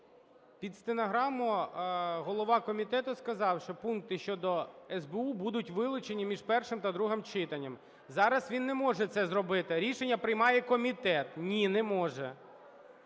Під стенограму голова комітету сказав, що пункти щодо СБУ будуть вилучені між першим та другим читанням. Зараз він не може це зробити. Рішення приймає комітет. Ні, не може.